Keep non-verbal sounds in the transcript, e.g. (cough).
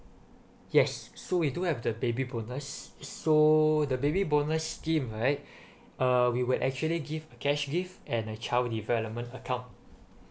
yes so we do have the baby bonus so the baby bonus scheme right (breath) uh we will actually give a cash gift and a child development account